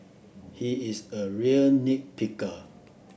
he is a real nit picker